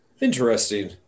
Interesting